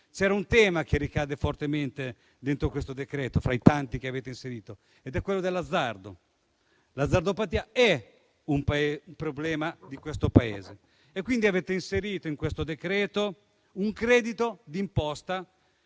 c'è un tema che ricade fortemente in questo decreto, fra i tanti che avete inserito, che è quello dell'azzardo. L'azzardopatia è un problema di questo Paese e quindi avete inserito in questo decreto un credito d'imposta